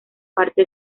parte